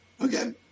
Okay